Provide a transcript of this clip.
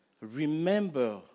Remember